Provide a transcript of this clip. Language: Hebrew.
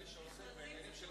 מי שעוסק בעניינים של,